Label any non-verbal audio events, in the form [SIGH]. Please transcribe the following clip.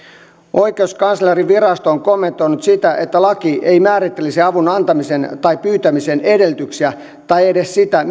oikeuskanslerinvirasto on kommentoinut sitä että laki ei määrittelisi avun antamisen tai pyytämisen edellytyksiä tai edes sitä [UNINTELLIGIBLE]